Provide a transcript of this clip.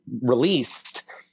released